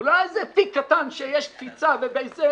הוא לא איזה פיק קטן שיש קפיצה ומנסים